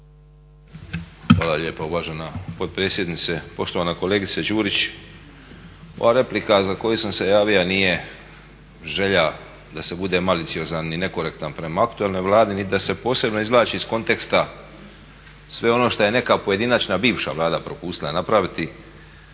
Hvala lijepa uvažena potpredsjednice. Poštovana kolegice Đurić, ova replika za koju sam se javio nije želja da se bude maliciozan i nekorektan prema aktualnoj Vladi niti da se posebno izvlači iz konteksta sve ono što je neka pojedinačna bivša Vlada propustila napraviti